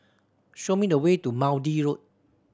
show me the way to Maude Road